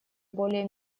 более